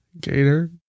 Gator